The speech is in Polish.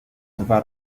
dwa